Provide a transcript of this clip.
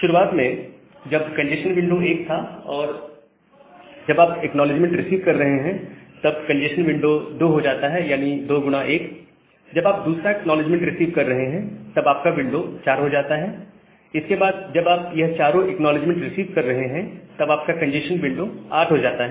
शुरुआत में जब कंजेस्शन विंडो 1 था और जवाब एक्नॉलेजमेंट रिसीव कर रहे हैं तब विंडो 2 हो जाता है यानी 2X1 जब आप दूसरा एक्नॉलेजमेंट रिसीव कर रहे हैं तब आपका विंडो 4 हो जाता है इसके बाद जब आप यह चारों एक्नॉलेजमेंट रिसीव कर रहे हैं तब आपका कंजेस्शन विंडो 8 हो जाता है